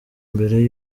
mbere